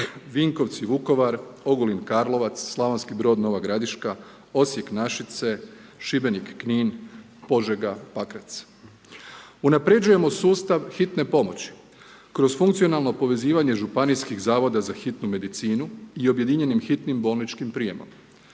Vinkovci, Vukovar, Ogulin, Karlovac, S. Brod, N. Gradiška, Osijek, Našice, Šibenik, Knin, Požega, Pakrac. Unapređujemo sustav hitne pomoći kroz funkcionalno povezivanje županijskih zavoda za hitnu medicinu i objedinjenim hitnim bolničkim prijemom.